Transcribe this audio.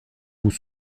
vous